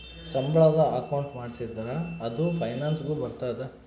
ಸಂಬಳದ ಅಕೌಂಟ್ ಮಾಡಿಸಿದರ ಅದು ಪೆನ್ಸನ್ ಗು ಬರ್ತದ